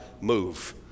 move